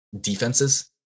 defenses